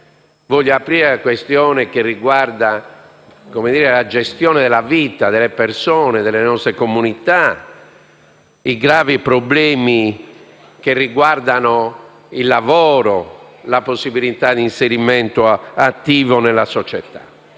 voglio aprire la questione che riguarda la gestione della vita delle persone, delle nostre comunità, dei gravi problemi che riguardano il lavoro e della possibilità di inserimento attivo nella società